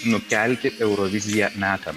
nukelti euroviziją metam